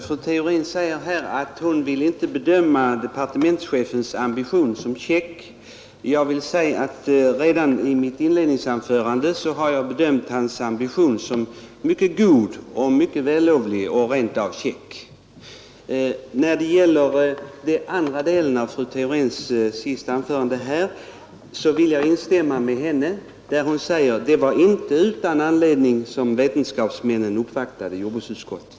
Fru talman! Fru Theorin säger att hon inte vill bedöma departmentschefens ambition som käck, men då vill jag säga att redan i mitt inledningsanförande bedömde jag hans ambition som mycket god och vällovlig och rent av käck. Beträffande den andra delen av fru Theorins senaste anförande vill jag instämma i vad hon sade om att det var inte utan anledning som vetenskapsmännen uppvaktade jordbruksutskottet.